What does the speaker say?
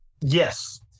Yes